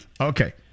Okay